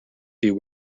few